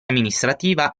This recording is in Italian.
amministrativa